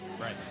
Right